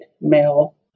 male